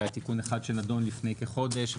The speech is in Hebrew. היה תיקון אחד שנדון לפני כחודש,